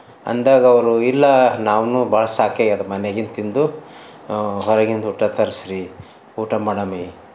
ಅಂದಾಗ ಅವರು ಇಲ್ಲ ನಾವೂ ಭಾಳ ಸಾಕಾಗಿದೆ ಮನೆಗಿಂದ ತಿಂದು ಹೊರಗಿಂದ ಊಟ ತರ್ಸಿ ರೀ ಊಟ ಮಾಡಮಿ